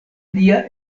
lia